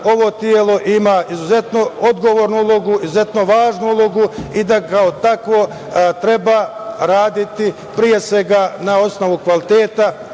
ovo telo ima izuzetno odgovornu ulogu, izuzetno važnu ulogu i da kao takvo treba raditi, pre svega, na osnovu kvaliteta